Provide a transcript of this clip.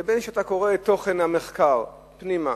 לבין מה שאתה קורא בתוכן המחקר, פנימה.